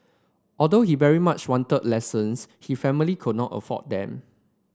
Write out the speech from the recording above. although he very much wanted lessons his family could not afford them